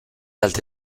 alte